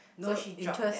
no interest